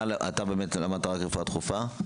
אתה באמת למדת רק רפואה דחופה?